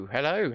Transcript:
Hello